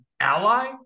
ally